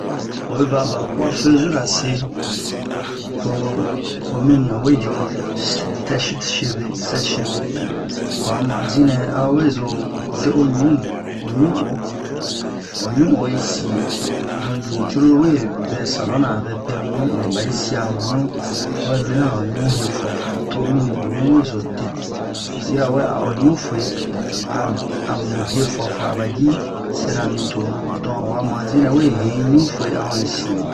oyi va ba cuafezira se to o mini owe ji ho sɛ sɛche cheve sɛche cheve ho'a manzi nɛ a ba we zo de o ɲu mi o ɲu'o o ɲu'o yi si ozun nu cruru we vɛ salon na a vɛ pɛ mi ɲuwe bahi sia ho ɲu a ba hi mana a'o ɲu he fua fua to mini o ɲu we zo de yirawe a'o ɲufu'e a amu he fua fua a ba ji sɛra mi tonu don ho a manzi nɛ we he ɲufu'e a ho yi si